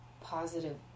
positive